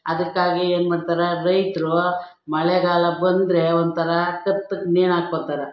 ಅದಕ್ಕಾಗಿ ಏನ್ಮಾಡ್ತಾರೆ ರೈತರು ಮಳೆಗಾಲ ಬಂದರೆ ಒಂಥರಾ ಕತ್ತಿಗೆ ನೇಣು ಹಾಕ್ಕೊಳ್ತಾರೆ